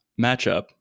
matchup